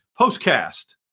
postcast